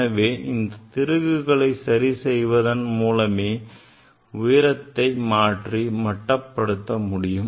எனவே இந்த திருகுகளை சரி செய்வதன் மூலமே உயரத்தை மாற்றி மட்டப்படுத்த முடியும்